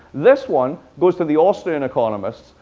this one goes to the austrian economist.